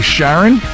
Sharon